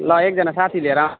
ल एकजना साथी लिएर